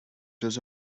does